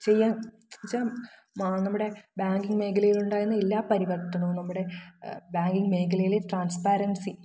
ചെയ്യാൻ വെച്ചാൽ നമ്മുടെ ബാങ്കിങ് മേഘലയിലുണ്ടായിരുന്ന എല്ലാ പരിവർത്തനോം നമ്മുടെ ബാങ്കിങ് മേഖലയിലെ ട്രാൻസ്പ്പാരൻസി